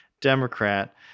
Democrat